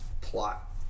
plot